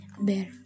Bear